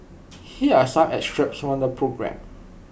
here are some excerpts from the programme